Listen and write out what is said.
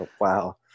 wow